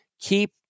Keep